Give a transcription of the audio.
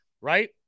right